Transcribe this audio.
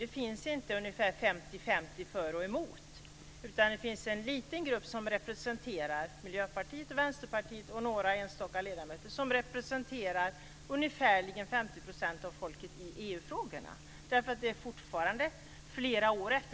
Det är inte 50 % för och 50 % mot, utan det är en liten grupp vänsterpartister, miljöpartister och enstaka andra ledamöter som representerar ungefär 50 % av folket i EU-frågorna. Det är fortfarande flera år efter.